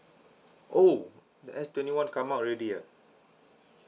oh S twenty one come out already ah